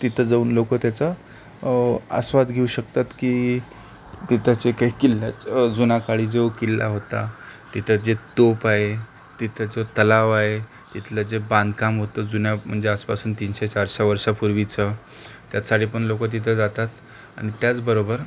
तिथं जाऊन लोकं त्याचा आस्वाद घेऊ शकतात की तिथं जे काही किल्ल्याचं जुना काळी जो किल्ला होता तिथं जे तोफ आहे तिथं जो तलाव आहे इथलं जे बांधकाम होतं जुन्या म्हणजे आजपासनं तीनशे चारशे वर्षांपूर्वीचं त्याचसाठी पण लोकं तिथं जातात आणि त्याचबरोबर